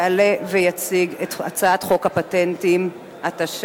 שיעלה ויציג את הצעת חוק הפטנטים (תיקון מס' 8),